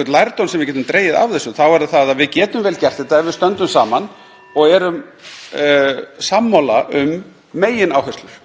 einn lærdómur sem við getum dregið af þessu er hann sá að við getum vel gert þetta ef við stöndum saman og erum sammála um megináherslur.